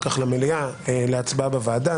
אחר כך למליאה להצבעה בוועדה.